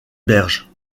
berges